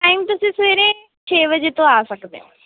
time ਤੁਸੀਂ ਸਵੇਰੇ ਛੇ ਵਜੇ ਤੋਂ ਆ ਸਕਦੇ ਹੋ